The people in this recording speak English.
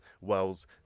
Wells